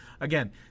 Again